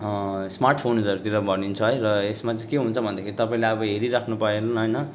smart फोनहरूतिर भनिन्छ है र यसमा चाहिँ के हुन्छ भन्दाखेरि तपाईँले अब हेरिरहनु परेन होइन